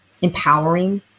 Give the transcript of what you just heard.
Empowering